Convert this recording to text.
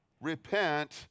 Repent